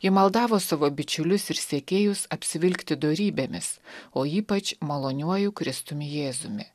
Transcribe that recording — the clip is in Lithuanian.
ji maldavo savo bičiulius ir sekėjus apsivilkti dorybėmis o ypač maloniuoju kristumi jėzumi